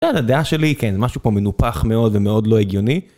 כן, הדעה שלי היא כן, משהו פה מנופח מאוד ומאוד לא הגיוני.